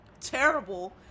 terrible